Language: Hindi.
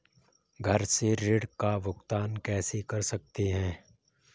घर से ऋण का भुगतान कैसे कर सकते हैं?